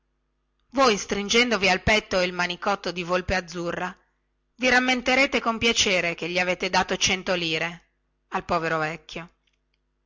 voi stringendovi al petto il manicotto di volpe azzurra vi rammenterete con piacere che gli avete dato cento lire al povero vecchio